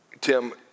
Tim